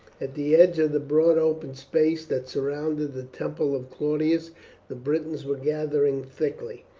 at the edge of the broad open space that surrounded the temple of claudius the britons were gathering thickly.